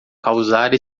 causar